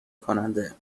کننده